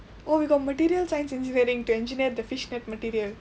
oh we got material science engineering to engineer the fish net material